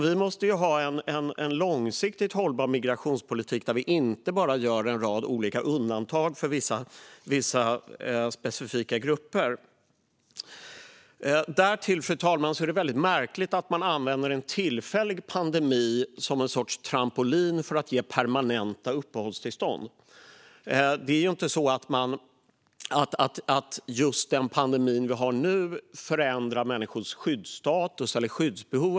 Vi måste ha en långsiktigt hållbar migrationspolitik där vi inte bara gör en rad olika undantag för vissa specifika grupper. Därtill, fru talman, är det märkligt att man använder en tillfällig pandemi som en sorts trampolin för att ge permanenta uppehållstillstånd. Det är inte så att just den pandemi som pågår nu förändrar människors skyddsstatus eller skyddsbehov.